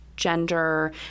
gender